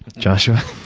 joshua?